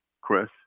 Chris